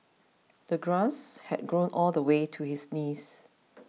the grass had grown all the way to his knees